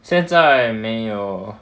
现在没有